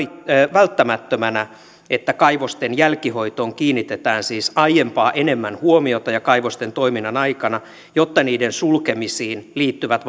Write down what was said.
välttämättömänä että kaivosten jälkihoitoon kiinnitetään siis aiempaa enemmän huomiota jo kaivosten toiminnan aikana jotta niiden sulkemisiin liittyvät